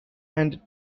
and